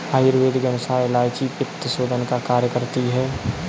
आयुर्वेद के अनुसार इलायची पित्तशोधन का कार्य करती है